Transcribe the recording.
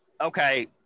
okay